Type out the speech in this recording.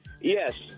Yes